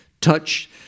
touch